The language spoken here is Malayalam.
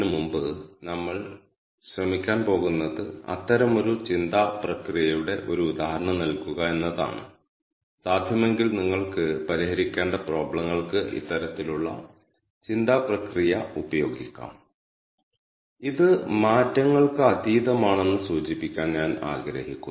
ചില ബിസിനസ് പ്ലാനിനായി യാത്രകൾക്കിടയിൽ ശേഖരിച്ച വിശദാംശങ്ങളുടെ അടിസ്ഥാനത്തിൽ ഈ യാത്രകളെ നിശ്ചിത എണ്ണം വിഭാഗങ്ങളായി തരംതിരിക്കാൻ Uber ആഗ്രഹിക്കുന്നു